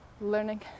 learning